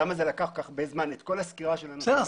למה זה לקח כל כך הרבה זמן את כל הסקירה של הנושא הזה.